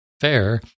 Fair